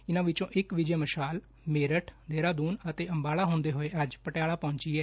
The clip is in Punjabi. ਇਨੂਾ ਵਿਚੋ ਇਕ ਵਿਜੈ ਮਸ਼ਾਲ ਮੇਰਠ ਦੇਹਰਾਦੂਨ ਅਤੇ ਅੰਬਾਲਾ ਹੂੰਦੇ ਹੋਏ ਅੱਜ ਪਟਿਆਲਾ ਪਹੂੰਚੀ ਏ